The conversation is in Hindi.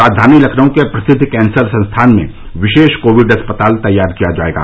राजधानी लखनऊ के प्रसिद्व कैंसर संस्थान में विशेष कोविड अस्पताल तैयार किया जायेगा